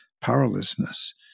powerlessness